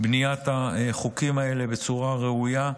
בניית החוקים האלה בצורה ראויה,